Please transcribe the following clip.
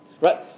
Right